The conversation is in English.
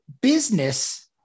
business